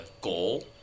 goal